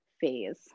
phase